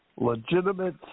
legitimate